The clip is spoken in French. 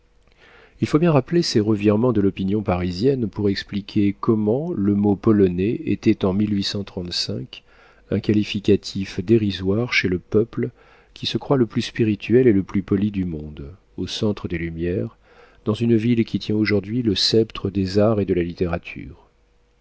il faut bien rappeler ces revirements de l'opinion parisienne pour expliquer comment le mot polonais était en un qualificatif dérisoire chez le peuple qui se croit le plus spirituel et le plus poli du monde au centre des lumières dans une ville qui tient aujourd'hui le sceptre des arts et de la littérature